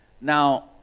Now